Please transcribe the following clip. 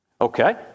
Okay